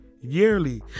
Yearly